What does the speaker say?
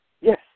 Yes